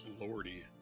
Lordy